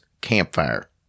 Campfire